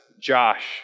Josh